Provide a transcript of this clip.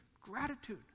Gratitude